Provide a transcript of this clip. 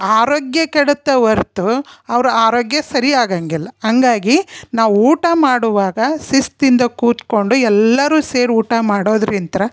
ಆರೋಗ್ಯ ಕೆಡುತ್ತೆ ಹೊರ್ತು ಅವ್ರ ಆರೋಗ್ಯ ಸರಿ ಆಗಂಗಿಲ್ಲ ಹಂಗಾಗಿ ನಾವು ಊಟ ಮಾಡುವಾಗ ಶಿಸ್ತಿಂದ ಕೂತ್ಕೊಂಡು ಎಲ್ಲರೂ ಸೇರಿ ಊಟ ಮಾಡೋದ್ರಿಂತ